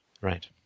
Right